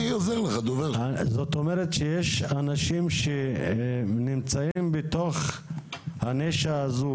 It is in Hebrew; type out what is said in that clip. זאת אומרת שיש אנשים שנמצאים בתוך הנישה הזו